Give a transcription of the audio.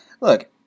look